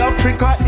Africa